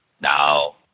Now